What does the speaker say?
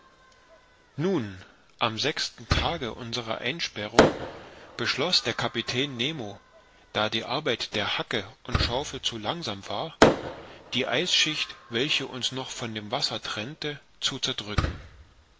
nun am sechsten tage unserer einsperrung beschloß der kapitän nemo da die arbeit der hacke und schaufel zu langsam war die eisschicht welche uns noch von dem wasser trennte zu zerdrücken